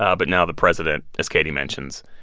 ah but now the president, as katie mentions,